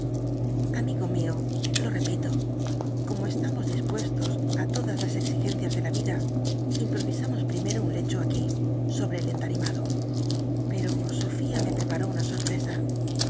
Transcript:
amigo mio lo repito como estamos dispuestos ü todas las exigencias de la yida impl'o'isam os pimero un lecho aquí sobre el entarimado pero sofía me peparó una sotptcsa